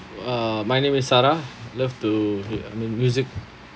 uh my name is sala love to play mm m~ music